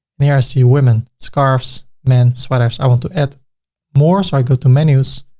there i see women, scarfs, men, sweaters. i want to add more. so i go to menus,